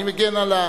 אני מגן על,